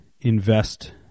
invest